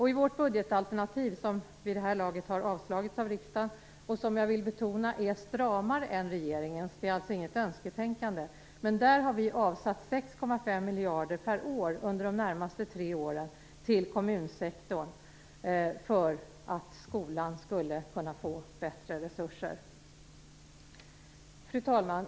I vårt budgetalternativ, som vid det här laget har avslagits av riksdagen och som jag vill betona är stramare än regeringens - det är alltså inget önsketänkande - har vi avsatt 6,5 miljarder per år under de närmaste tre åren till kommunsektorn för att skolan skulle kunna få bättre resurser. Fru talman!